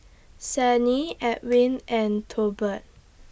Sannie Edwin and Tolbert